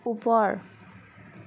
ওপৰ